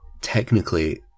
technically